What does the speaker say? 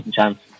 chance